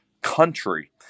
country